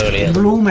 a little